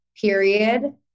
period